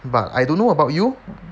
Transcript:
but I don't know about you